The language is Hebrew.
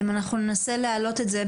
אנחנו ננסה להעלות את זה.